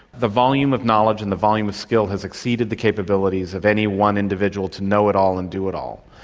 the volume of knowledge and the volume of skill has exceeded the capabilities of any one individual to know it all and do it all.